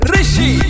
Rishi